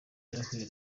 yarahuye